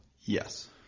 Yes